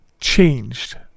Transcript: changed